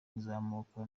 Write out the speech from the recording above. kuzamuka